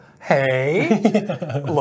hey